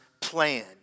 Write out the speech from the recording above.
plan